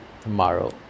Tomorrow